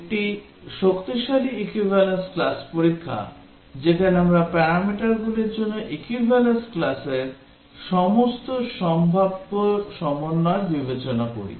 এটি শক্তিশালী equivalence class পরীক্ষা যেখানে আমরা প্যারামিটারগুলির জন্য equivalence classর সমস্ত সম্ভাব্য সমন্বয় বিবেচনা করি